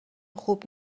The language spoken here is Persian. خوب